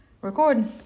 record